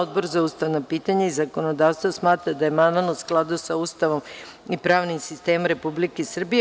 Odbor za ustavna pitanja i zakonodavstvo smatra da je amandman u skladu sa Ustavom i pravnim sistemom Republike Srbije.